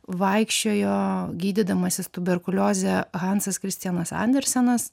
vaikščiojo gydydamasis tuberkuliozę hansas kristianas andersenas